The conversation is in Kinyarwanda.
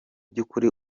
by’ukuri